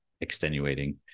extenuating